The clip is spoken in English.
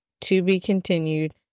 to-be-continued